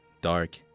dark